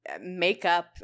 makeup